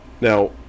Now